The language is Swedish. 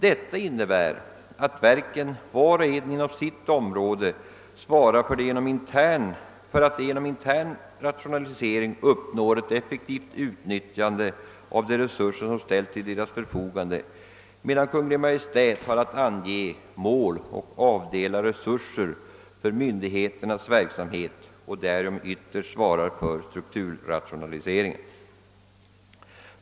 Detta innebär att verken, vart och ett på sitt område, svarar för att de genom intern rationalisering uppnår ett effektivt utnyttjande av de resurser som ställs till deras förfogande, medan Kungl. Maj:t har att ange mål och avdela resurser för myndigheternas verksamhet och därigenom ytterst svarar för strukturrationaliseringen.